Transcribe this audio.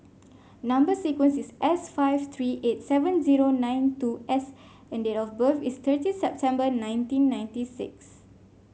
number sequence is S five three eight seven zero nine two S and date of birth is thirty September nineteen ninety six